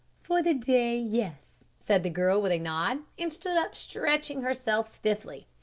for the day, yes, said the girl with a nod, and stood up stretching herself stiffly.